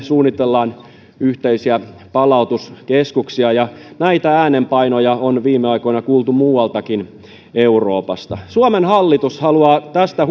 suunnitellaan yhteisiä palautuskeskuksia ja näitä äänenpainoja on viime aikoina kuultu muualtakin euroopasta suomen hallitus haluaa tästä